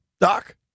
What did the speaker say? Doc